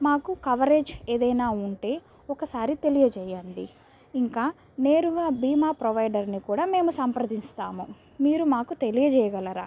మాకు కవరేజ్ ఏదైనా ఉంటే ఒకసారి తెలియజేయండి ఇంకా నేరుగా భీమా ప్రొవైడర్ని కూడా మేము సంప్రదిస్తాము మీరు మాకు తెలియజేయగలరా